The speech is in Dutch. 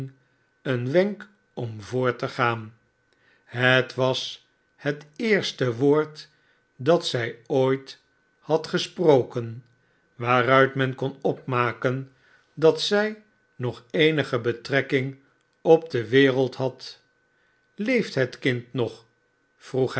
een wenk om voort te gaan het was het eerste woord dat zij ooit had gesproken waaruit men kon opmaken dat zij nog eenige betrekking op de wereld had leeft het kind nog vroeg